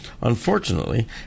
Unfortunately